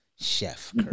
Chef